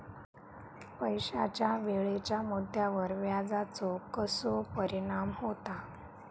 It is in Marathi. पैशाच्या वेळेच्या मुद्द्यावर व्याजाचो कसो परिणाम होता